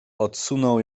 odsunął